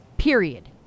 period